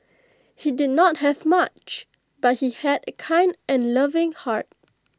he did not have much but he had A kind and loving heart